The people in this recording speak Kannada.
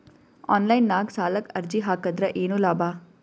ಆನ್ಲೈನ್ ನಾಗ್ ಸಾಲಕ್ ಅರ್ಜಿ ಹಾಕದ್ರ ಏನು ಲಾಭ?